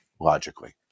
logically